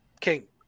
King